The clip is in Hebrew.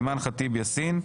אימאן ח'טיב יאסין.